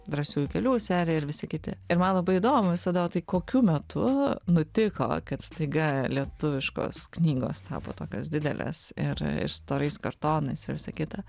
drąsiųjų kelių serija ir visi kiti ir man labai įdomu visada o tai kokiu metu nutiko kad staiga lietuviškos knygos tapo tokios didelės ir ir storais kartonais ir visa kita